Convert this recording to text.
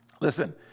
Listen